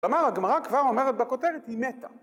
‫כלומר, הגמרא כבר אומרת בכותרת, ‫היא מתה.